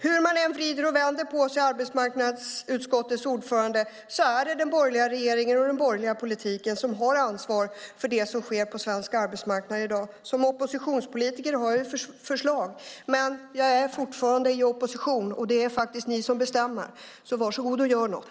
Hur man än vrider och vänder på sig, arbetsmarknadsutskottets ordförande, är det den borgerliga regeringen och den borgerliga politiken som har ansvar för det som sker på svensk arbetsmarknad i dag. Som oppositionspolitiker har jag förslag, men jag är fortfarande i opposition. Det är faktiskt ni som bestämmer. Varsågod och gör något!